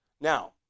Now